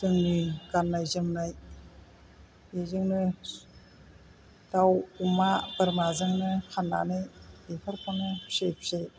जोंनि गाननाय जोमनाय बेजोंनो दाव अमा बोरमा जोंनो फाननानै बेफोरखौनो फियै फियै